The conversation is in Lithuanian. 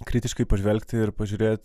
kritiškai pažvelgti ir pažiūrėt